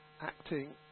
acting